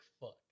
fuck